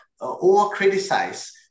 over-criticize